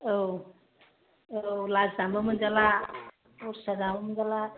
औ औ लाजिनाबो मोनजाला मोनजाला